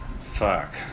Fuck